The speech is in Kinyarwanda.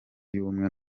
y’ubumwe